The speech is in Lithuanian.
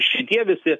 šitie visi